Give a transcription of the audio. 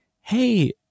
hey